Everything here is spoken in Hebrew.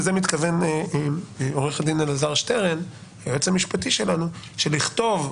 לזה מתכוון היועץ המשפטי שלנו אלעזר שטרן שלכתוב: